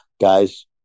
Guys